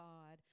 God